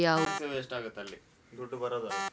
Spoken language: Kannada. ಹಲಸಿನಲ್ಲಿ ಬೇಗ ಫಲ ಕೊಡುವ ತಳಿ ಉಂಟಾ